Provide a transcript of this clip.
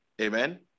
Amen